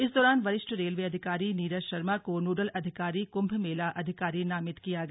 इस दौरान वरिष्ठ रेलवे अधिकारी नीरज शर्मा को नोडल अधिकारी कुम्भमेला अधिकारी नामित किया गया